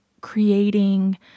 creating